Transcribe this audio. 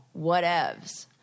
whatevs